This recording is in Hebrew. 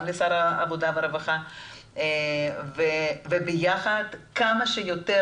גם לשר העבודה והרווחה וביחד כמה שיותר